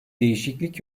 değişiklik